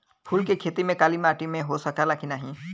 फूल के खेती काली माटी में हो सकेला की ना?